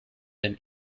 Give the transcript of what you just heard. and